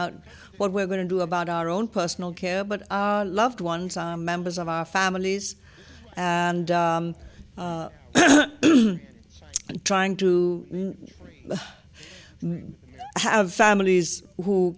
out what we're going to do about our own personal care but our loved ones are members of our families and trying to have families who